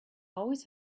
always